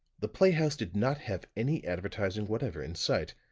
the playhouse did not have any advertising whatever in sight,